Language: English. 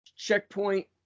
Checkpoint